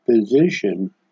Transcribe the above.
position